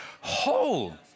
whole